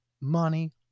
money